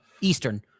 eastern